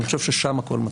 אני חושב ששם הכול מתחיל.